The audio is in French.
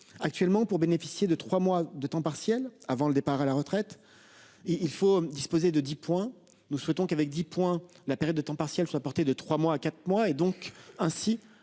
Actuellement, pour bénéficier de 3 mois de temps partiel avant le départ à la retraite. Il faut disposer de 10 points. Nous souhaitons qu'avec 10 points. La période de temps partiel soit portée de 3 mois à quatre mois et donc ainsi